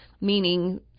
meaning